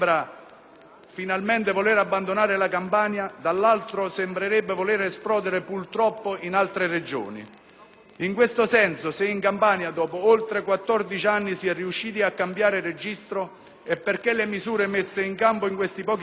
finalmente voler abbandonare la Campania, dall'altro sembrerebbe voler esplodere purtroppo in altre Regioni. In questo senso, se in Campania, dopo oltre 14 anni si è riusciti a cambiare registro è perché le misure messe in campo in questi pochi mesi,